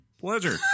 pleasure